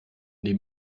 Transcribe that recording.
dem